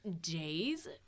days